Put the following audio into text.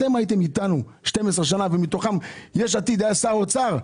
אתם הייתם איתנו 12 ומתוכם, יש עתיד היה שר אוצר.